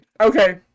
Okay